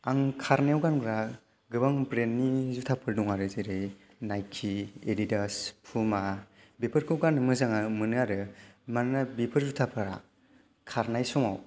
आं खारनायाव गानग्रा गोबां ब्रेन्डनि जुथाफोर दं आरो जेरै नाइकि एदिदास पुमा बेफोरखौ गाननो मोजां मोनो आरो मानोना बेफोर जुथाफ्रा खारनाय समाव